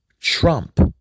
Trump